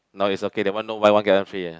now is okay that one no buy one get one free ah